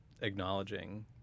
acknowledging